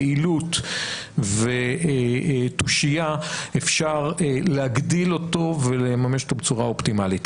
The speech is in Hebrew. יעילות ותושייה אפשר להגדיל אותו ולממש אותו בצורה אופטימלית.